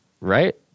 right